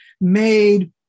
made